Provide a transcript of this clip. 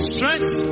Strength